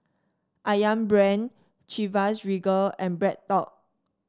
ayam Brand Chivas Regal and BreadTalk